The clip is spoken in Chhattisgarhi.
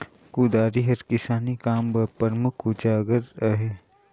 कुदारी हर किसानी काम कर परमुख अउजार हवे